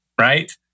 right